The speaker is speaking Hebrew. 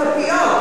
אתה יודע.